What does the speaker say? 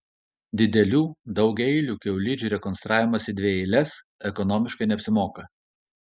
didelių daugiaeilių kiaulidžių rekonstravimas į dvieiles ekonomiškai neapsimoka